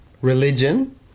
religion